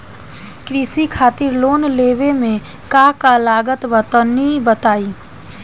कृषि खातिर लोन लेवे मे का का लागत बा तनि बताईं?